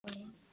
ओं